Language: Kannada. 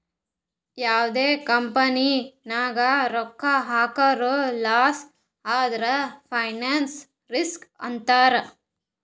ಯಾವ್ದೇ ಕಂಪನಿ ನಾಗ್ ರೊಕ್ಕಾ ಹಾಕುರ್ ಲಾಸ್ ಆದುರ್ ಫೈನಾನ್ಸ್ ರಿಸ್ಕ್ ಅಂತಾರ್